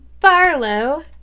Barlow